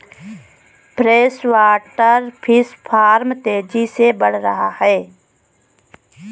freshwater fish farm तेजी से बढ़ रहा है